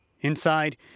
Inside